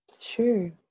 sure